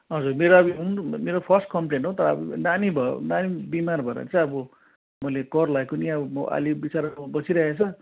हजुर बिरामी हुनु मेरो फर्स्ट कम्पेलेन हो तर अब नानी भयो नानी बिमार भएर चाहिँ अब मैले कर लागेको नि अब म बिचारेर बसिरहेछ